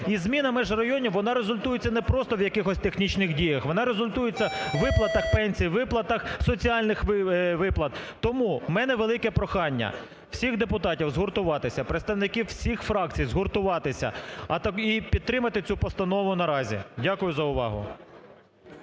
І зміна між районів вона результується не просто в якихось технічних діях, вона результується у виплатах пенсій, виплатах, соціальних виплат. Тому у мене велике прохання всіх депутатів згуртуватися, представників всіх фракцій згуртуватися і підтримати цю постанові наразі. Дякую за увагу.